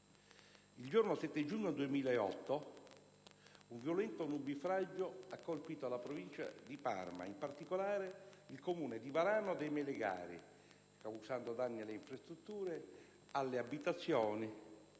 Il giorno 7 giugno 2008 un violento nubifragio ha colpito la provincia di Parma, in particolare il comune di Varano de' Melegari, causando danni alle infrastrutture, alle abitazioni